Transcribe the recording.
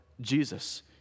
Jesus